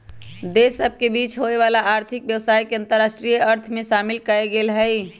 देश सभ के बीच होय वला आर्थिक व्यवसाय के अंतरराष्ट्रीय अर्थ में शामिल कएल गेल हइ